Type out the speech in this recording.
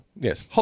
Yes